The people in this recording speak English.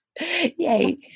Yay